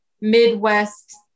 Midwest